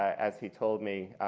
as he told me,